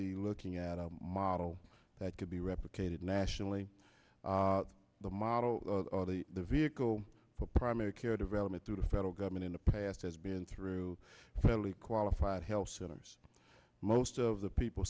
be looking at a model that could be replicated nationally the model the vehicle for primary care development through the federal government in the past has been through federally qualified health centers most of the people